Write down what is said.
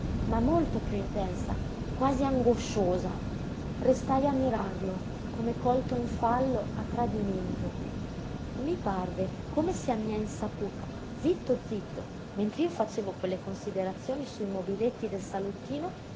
ma molto piú intensa quasi angosciosa restai a mirarlo come colto in fallo a tradimento i parve come se a mia insaputa zitto zitto mentr'io facevo quelle considerazioni sui mobiletti del salottino